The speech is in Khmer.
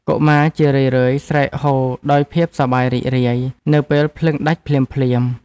កុមារជារឿយៗស្រែកហ៊ោដោយភាពសប្បាយរីករាយ នៅពេលភ្លើងដាច់ភ្លាមៗ។